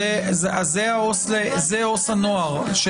זה עובד סוציאלי לנוער.